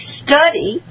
study